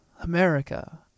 America